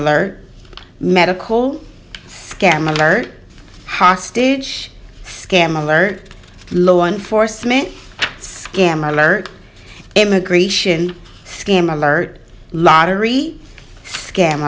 alert medical gamma mart hostage scam alert law enforcement scam alert immigration scam alert lottery scam